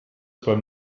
beim